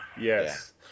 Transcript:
Yes